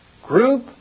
Group